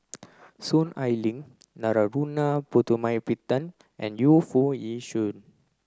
Soon Ai Ling Narana Putumaippittan and Yu Foo Yee Shoon